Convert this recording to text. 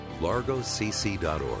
largocc.org